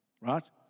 right